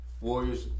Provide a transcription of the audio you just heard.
Warriors